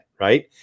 Right